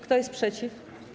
Kto jest przeciw?